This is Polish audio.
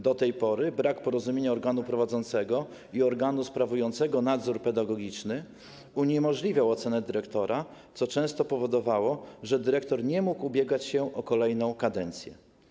Do tej pory brak porozumienia organu prowadzącego i organu sprawującego nadzór pedagogiczny uniemożliwiał ocenę dyrektora, co często powodowało, że dyrektor nie mógł ubiegać się o kolejną kadencję.